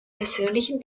persönlichen